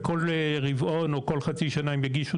ושבכל רבעון או בכל חצי שנה הן יגישו